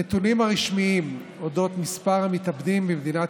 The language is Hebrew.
הנתונים הרשמיים על אודות מספר המתאבדים במדינת